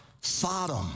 Sodom